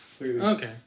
Okay